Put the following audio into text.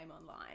online